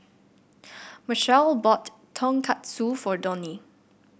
Machelle bought Tonkatsu for Donie